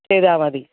ചെയ്താൽ മതി